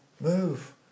move